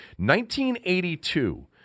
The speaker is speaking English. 1982